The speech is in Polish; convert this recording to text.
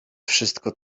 wszystko